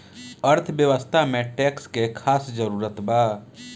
अर्थव्यवस्था में टैक्स के खास जरूरत बा